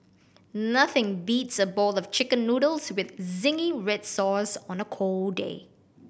nothing beats a bowl of Chicken Noodles with zingy red sauce on a cold day